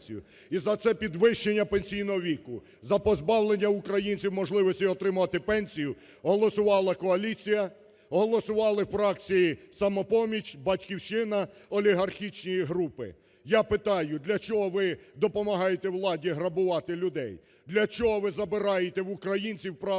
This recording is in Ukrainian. І за це підвищення пенсійного віку, за позбавлення українців можливості отримувати пенсію голосувала коаліція, голосували фракції "Самопоміч", "Батьківщина", олігархічні їх групи. Я питаю, для чого ви допомагаєте владі грабувати людей, для чого ви забираєте в українців право